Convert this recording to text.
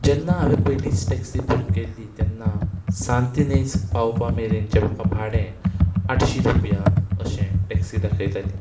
जेन्ना हांवें पयलींच टॅक्सी बूक केल्ली तेन्ना सांत इनेज पावपा मेरेनचें म्हाका भाडें आठशीं रुपया अशें टॅक्सी दाखयताली